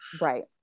Right